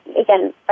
again